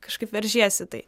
kažkaip veržiesi tai